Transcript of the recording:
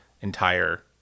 entire